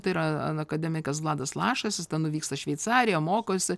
tai yra akademikas vladas lašas jis ten nuvyksta į šveicariją mokosi